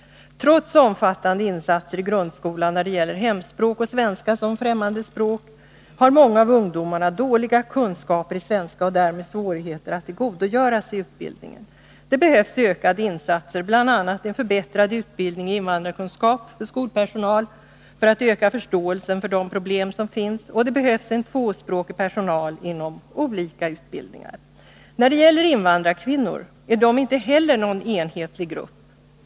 Trots omfattande insatser i grundskolan när det gäller hemspråk och svenska som främmande språk har många av ungdomarna dåliga kunskaper i svenska och därmed svårigheter att tillgodogöra sig utbildningen. Det behövs ökade insatser, bl.a. en förbättrad utbildning i invandrarkunskap för skolpersonal för att öka förståelsen för de problem som finns, och det behövs en tvåspråkig personal inom olika utbildningar. När det gäller invandrarkvinnorna är inte heller de någon enhetlig grupp.